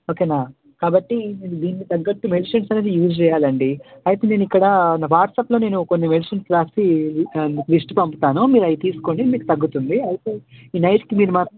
ఓకేనా కాబట్టి దీనికి తగ్గట్టు మెడిసిన్స్ అనేది యూజ్ చేయాలి అండి అయితే నేను ఇక్కడ వాట్సాప్లో కొన్ని మెడిసిన్స్ వ్రాసి లిస్ట్ పంపుతాను మీరు అవి తీసుకోండి మీకు తగ్గుతుంది అయితే ఈ నైట్కి మీరు మాత్రం